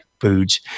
foods